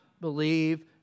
believe